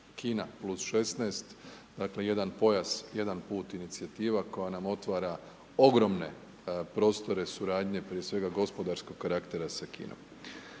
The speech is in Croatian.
Kina + 16, dakle jedan pojas, jedan put inicijativa koja nam otvara ogromne prostore suradnje, prije svega gospodarskog karaktera sa Kinom.